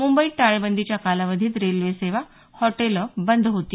मुंबईत टाळेबंदीच्या कालावधीत रेल्वे सेवा हॉटेलं बंद होती